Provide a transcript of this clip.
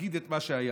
נגיד את מה שהיה.